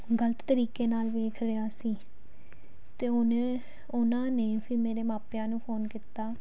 ਗਲਤ ਤਰੀਕੇ ਨਾਲ ਵੇਖ ਰਿਹਾ ਸੀ ਅਤੇ ਉਹਨੇ ਉਹਨਾਂ ਨੇ ਫਿਰ ਮੇਰੇ ਮਾਪਿਆਂ ਨੂੰ ਫੋਨ ਕੀਤਾ